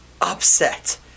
upset